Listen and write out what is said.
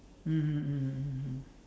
mmhmm mmhmm mmhmm